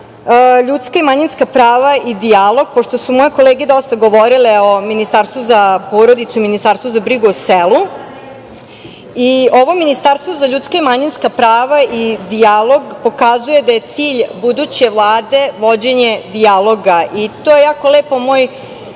ljudska i manjinska prava i dijalog pošto su moje kolege dosta govorile o Ministarstvu za porodicu i Ministarstvu za brigu o selu. Ministarstvo za ljudska i manjinska prava i dijalog pokazuje da je cilj buduće Vlade vođenje dijaloga i to je jako lepo moj